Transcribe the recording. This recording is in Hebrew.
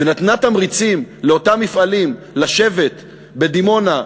ונתנה תמריצים לאותם מפעלים לשבת בדימונה,